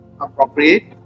Appropriate